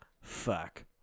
fuck